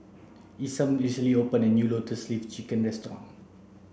Isam recently opened a new lotus leaf chicken restaurant